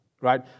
right